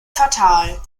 fatal